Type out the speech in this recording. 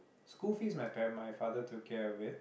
school fees my pa~ my father took care of it